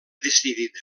decidida